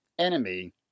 enemy